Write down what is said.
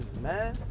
man